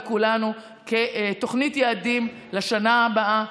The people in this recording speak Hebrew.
לכולנו כתוכנית יעדים לשנה הבאה.